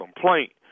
complaint